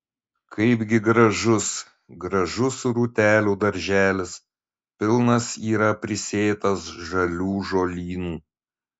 kaipgi gražus gražus rūtelių darželis pilnas yra prisėtas žalių žolynų